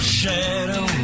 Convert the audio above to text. shadow